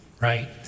right